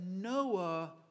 Noah